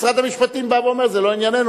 משרד המשפטים בא ואומר: זה לא ענייננו,